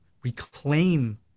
reclaim